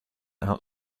out